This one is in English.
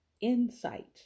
insight